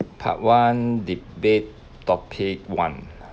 part one debate topic one